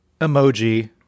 emoji